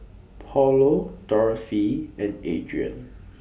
Paulo Dorothy and Adrien